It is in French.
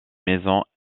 maisons